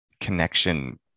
connection